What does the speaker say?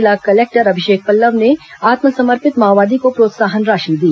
जिला कलेक्टर अभिषेक पल्लव ने आत्मसमर्पित माओवादी को प्रोत्साहन राशि दी